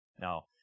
now